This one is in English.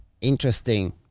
interesting